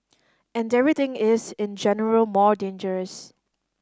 and everything is in general more dangerous